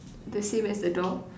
the same as the door